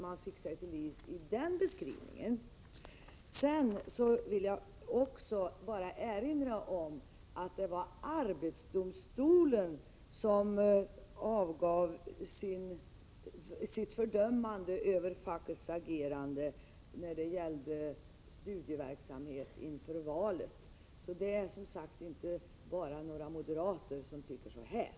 Jag vill också erinra om att det var arbetsdomstolen som avgav ett fördömande av fackets agerande när det gällde studieverksamheten inför valet. Det är alltså inte bara några moderater som har fördömt detta.